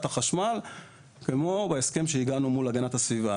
החשמל כמו בהסכם אליו הגענו מול הגנת הסביבה.